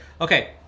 Okay